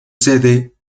sede